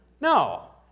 No